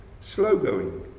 slow-going